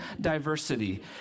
diversity